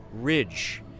Ridge